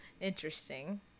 interesting